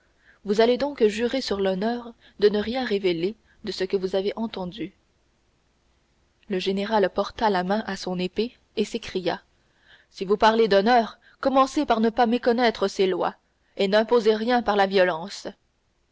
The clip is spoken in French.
vous allez donc jurer sur l'honneur de ne rien révéler de ce que vous avez entendu le général porta la main à son épée et s'écria si vous parlez d'honneur commencez par ne pas méconnaître ses lois et n'imposez rien par la violence